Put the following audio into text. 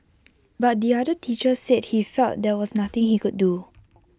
but the other teacher said he felt there was nothing he could do